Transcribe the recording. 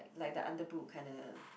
like the under boob kinda